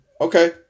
Okay